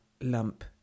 lump